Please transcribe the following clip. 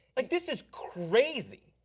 like this is crazy.